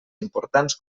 importants